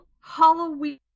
Halloween